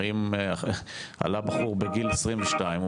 הרי אם עלה בחור בגיל 22,